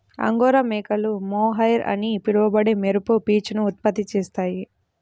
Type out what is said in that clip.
angora మేకలు mohair అని పిలువబడే మెరుపు పీచును ఉత్పత్తి చేస్తాయి